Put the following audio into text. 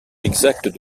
exacte